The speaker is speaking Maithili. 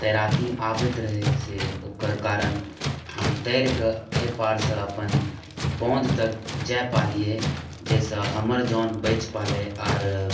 तैराकी आबैत रहै से ओकर कारण हम तैर कऽ अहिपारसँ अपन बाँध तक जा पाबियै जाहिसँ हमर जान बचि पौलै आओर